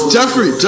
Jeffrey